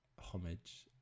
Homage